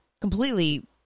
completely